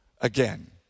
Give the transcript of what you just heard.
again